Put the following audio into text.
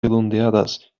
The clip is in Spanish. redondeadas